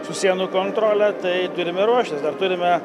su sienų kontrole tai turime ruoštis dar turime